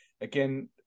Again